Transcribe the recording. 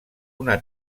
una